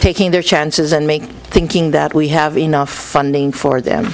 taking their chances and make thinking that we have enough funding for them